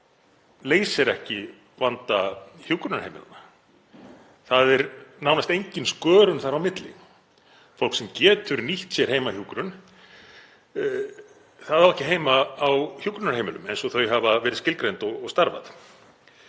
leysir ekki vanda hjúkrunarheimilanna. Það er nánast engin skörun þar á milli. Fólk sem getur nýtt sér heimahjúkrun á ekki heima á hjúkrunarheimilum eins og þau hafa verið skilgreind og hafa